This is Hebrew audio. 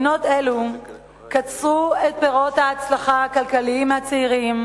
מדינות אלו קצרו את פירות ההצלחה הכלכלית של הצעירים